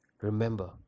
Remember